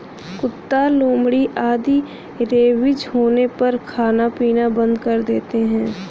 कुत्ता, लोमड़ी आदि रेबीज होने पर खाना पीना बंद कर देते हैं